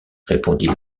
répondit